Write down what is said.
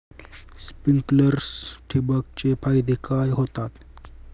Sprinklers ठिबक चे फायदे काय होतात?